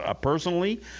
personally